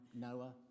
Noah